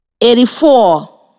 eighty-four